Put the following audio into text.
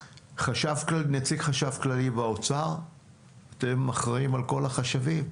הקבוצה תכלול גם את נציג החשב הכללי באוצר שאחראי על כל החשבים.